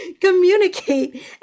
communicate